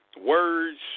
words